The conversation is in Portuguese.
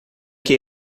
que